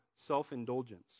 self-indulgence